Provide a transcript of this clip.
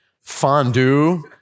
fondue